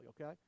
okay